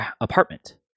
apartment